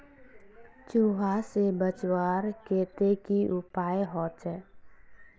चूहा से बचवार केते की उपाय होचे?